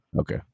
Okay